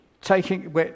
taking